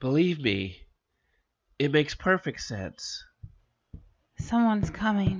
believe me it makes perfect sense someone's com